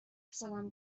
سالم